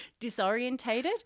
disorientated